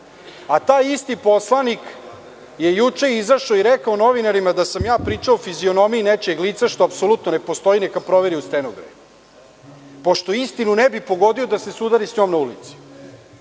Taj isti poslanik je juče izašao i rekao novinarima da sam ja pričao o fizionomiji nečijeg lica, što apsolutno ne postoji, neka proveri u stenogramu, pošto istinu ne bi pogodio da se sudari s njom na ulici. Molim